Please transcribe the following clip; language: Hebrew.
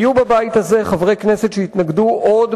היו בבית הזה חברי כנסת שהתנגדו עוד